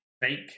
fake